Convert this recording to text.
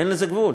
אין לזה גבול.